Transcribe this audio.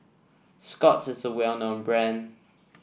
Scott's is a well known brand